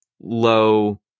low